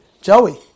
Joey